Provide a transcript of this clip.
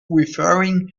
referring